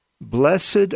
blessed